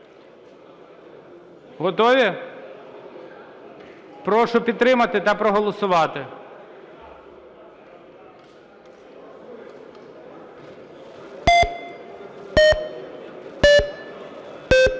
Готові? Прошу підтримати та проголосувати.